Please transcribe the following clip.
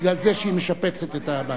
בגלל זה שהיא משפצת את הבית.